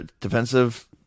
Defensive